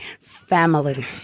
family